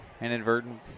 inadvertent –